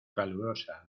calurosa